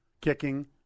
kicking